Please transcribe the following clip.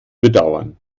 bedauern